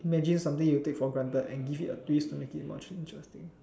imagine something you take for granted and give it a twist to make it more interesting